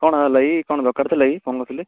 କଣ ହେଲାକି କଣ ଦରକାର ଥିଲାକି ଫୋନ୍ କରିଥିଲେ